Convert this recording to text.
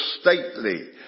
stately